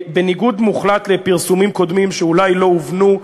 בניגוד מוחלט לפרסומים קודמים שאולי לא הובנו,